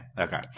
okay